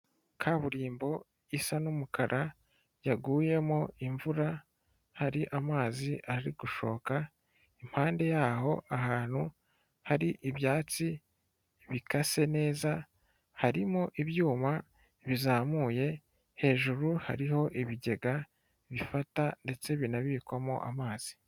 Kaburimbo isa n'umukara yaguyemo imvura, hari amazi ari gushoka, impande y'aho ahantu hari ibyatsi bikase neza harimo ibyuma bizamuye, hejuru hariho ibigega bifata ndetse binabikwamo amazi.